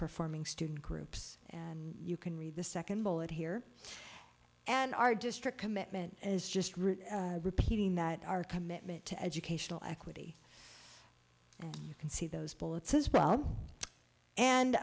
performing student groups and you can read the second bullet here and our district commitment is just really repeating that our commitment to educational equity you can see those bullets as well and